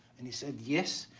and he said, yes,